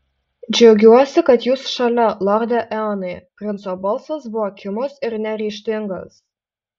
džiaugiuosi kad jūs šalia lorde eonai princo balsas buvo kimus ir neryžtingas